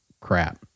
crap